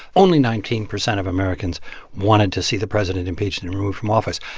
only nineteen percent of americans wanted to see the president impeached and removed from office.